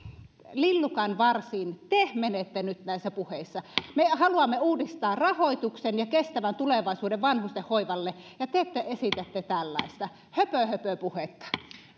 lillukanvarsiin te menette nyt näissä puheissa me haluamme uudistaa rahoituksen ja kestävän tulevaisuuden vanhusten hoivalle ja te esitätte tällaista höpöhöpöpuhetta